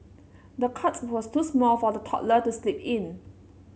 the cot was too small for the toddler to sleep in